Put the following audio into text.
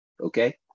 Okay